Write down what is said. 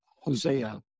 Hosea